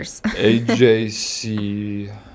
AJC